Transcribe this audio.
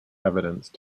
evidence